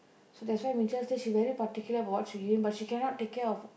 so that's why Ming Qiao say she very particular about what she give but she cannot take care of